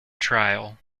trial